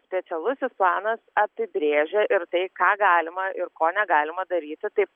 specialusis planas apibrėžia ir tai ką galima ir ko negalima daryti taip